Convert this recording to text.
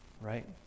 right